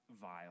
vile